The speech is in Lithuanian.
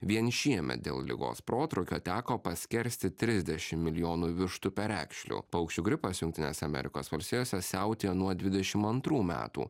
vien šiemet dėl ligos protrūkio teko paskersti trisdešimt milijonų vištų perekšlių paukščių gripas jungtinėse amerikos valstijose siautėjo nuo dvidešimt antrų metų